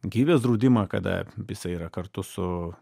gyvybės draudimą kada jisai yra kartu su